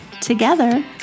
together